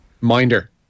Minder